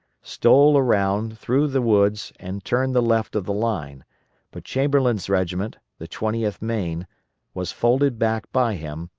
stole around through the woods and turned the left of the line but chamberlain's regiment the twentieth maine was folded back by him,